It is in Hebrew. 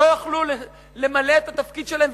לא יוכלו למלא את התפקיד שלהם,